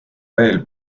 veel